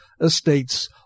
Estates